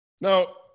Now